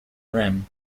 rim